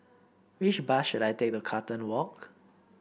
which bus should I take to Carlton Walk